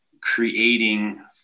creating